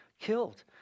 killed